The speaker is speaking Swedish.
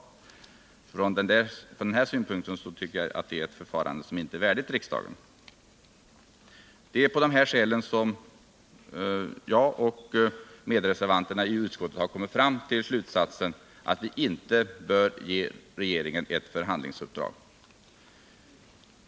Från den synpunkten tycker jag att det är ett förfarande som inte är värdigt riksdagen. På de här skälen har jag och medreservanterna i utskottet kommit till slutsatsen att vi inte bör ge regeringen ett förhandlingsuppdrag.